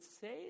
say